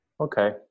Okay